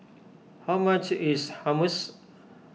how much is Hummus